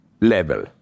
level